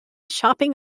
shopping